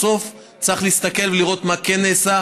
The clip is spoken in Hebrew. בסוף צריך להסתכל ולראות מה כן נעשה,